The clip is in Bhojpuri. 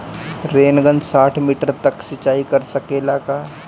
रेनगन साठ मिटर तक सिचाई कर सकेला का?